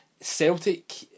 Celtic